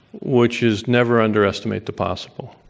which is never underestimate the possible.